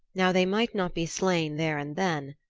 now they might not be slain there and then,